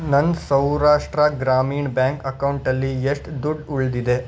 ನನ್ನ ಸೌರಾಷ್ಟ್ರ ಗ್ರಾಮೀಣ್ ಬ್ಯಾಂಕ್ ಅಕೌಂಟಲ್ಲಿ ಎಷ್ಟು ದುಡ್ಡು ಉಳಿದಿದೆ